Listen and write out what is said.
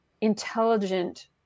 intelligent